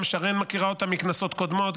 גם שרן מכירה אותה מכנסות קודמות,